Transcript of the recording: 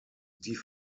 die